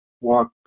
Walk